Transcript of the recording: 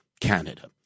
Canada